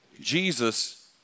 Jesus